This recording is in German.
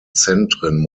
zentren